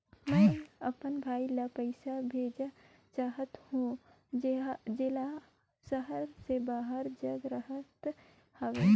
मैं अपन भाई ल पइसा भेजा चाहत हों, जेला शहर से बाहर जग रहत हवे